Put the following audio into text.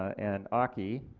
and aki.